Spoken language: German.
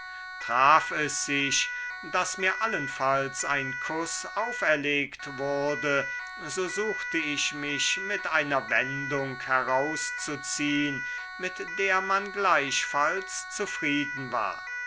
traf es sich daß mir allenfalls ein kuß auferlegt wurde so suchte ich mich mit einer wendung herauszuziehn mit der man gleichfalls zufrieden war